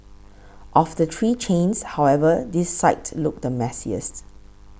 of the three chains however this site looked the messiest